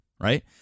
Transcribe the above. Right